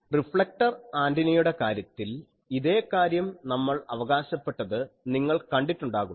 reflector ആൻറിനയുടെ കാര്യത്തിൽ ഇതേ കാര്യം നമ്മൾ അവകാശപ്പെട്ടത് നിങ്ങൾ കണ്ടിട്ടുണ്ടാകും